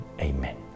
Amen